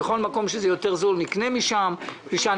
בכל מקום שזה יותר זול נקנה משם ושאנשים